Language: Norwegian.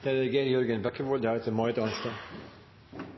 Dette representantforslaget om en ansvarlig og solidarisk spillpolitikk er